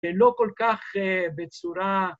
ולא כל כך אה בצורה...